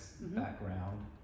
background